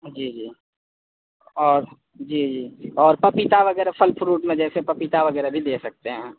جی جی اور جی جی اور پیپتا وغیرہ پھل فروٹ میں جیسے پیپتا وغیرہ بھی دے سکتے ہیں